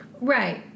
Right